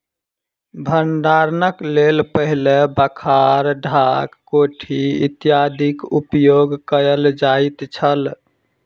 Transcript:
भंडारणक लेल पहिने बखार, ढाक, कोठी इत्यादिक उपयोग कयल जाइत छल